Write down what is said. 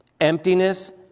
emptiness